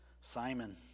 Simon